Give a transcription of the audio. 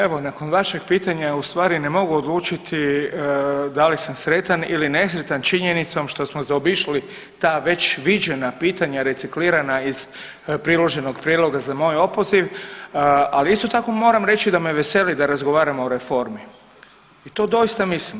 Pa evo nakon vašeg pitanja ustvari ne mogu odlučiti da sam sretan ili nesretan činjenicom što smo zaobišli ta već viđena pitanja reciklirana iz priloženog prijedloga za moj opoziv, ali isto tako moram reći da me veseli da razgovaramo o reformi i to dosta mislim.